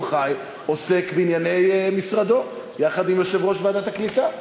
חי עוסק בענייני משרדו יחד עם יושב-ראש ועדת הקליטה.